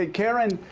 ah karen,